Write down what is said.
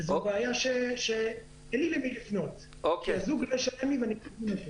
ואין לי למי לפנות כי הזוג לא ישלם לי ---.